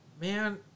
Man